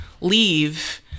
leave